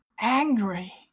angry